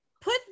put